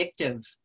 addictive